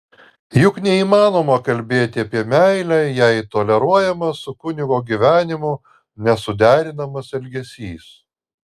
juk neįmanoma kalbėti apie meilę jei toleruojamas su kunigo gyvenimu nesuderinamas elgesys